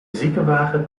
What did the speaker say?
ziekenwagen